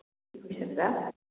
কি কৈছে দাদা